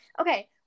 Okay